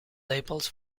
labels